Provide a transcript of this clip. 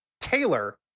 Taylor